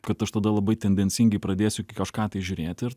kad aš tada labai tendencingai pradėsiu kažką tai žiūrėti ir